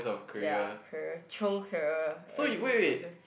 ya career chiong career earlier